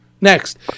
Next